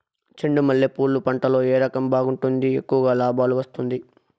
చెండు మల్లె పూలు పంట లో ఏ రకం బాగుంటుంది, ఎక్కువగా లాభాలు వస్తుంది?